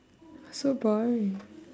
so boring